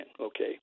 okay